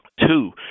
Two